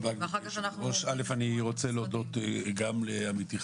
אני רוצה להודות גם לעמיתי,